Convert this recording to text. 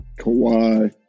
Kawhi